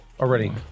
already